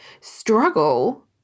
struggle